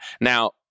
Now